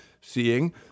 seeing